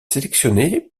sélectionnée